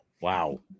Wow